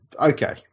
okay